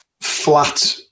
Flat